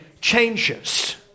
changes